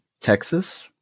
Texas